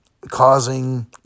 causing